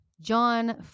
John